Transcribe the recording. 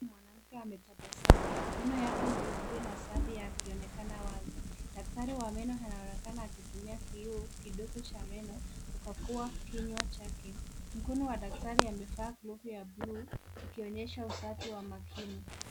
Mwanamke ametabasamu, meno yake meupe na safi yakionekana wazi, daktari wa meno anaonekana akitumia kioo kidogo cha meno kukagua kinywa chake, mkono wa daktari amevaa glovu ya bluu ikionyesha usafi wa makini.